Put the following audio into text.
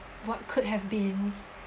what could have been